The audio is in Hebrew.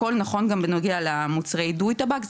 הכול נכון גם בנוגע למוצרי דוטבק,